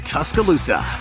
Tuscaloosa